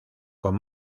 con